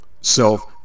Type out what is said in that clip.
self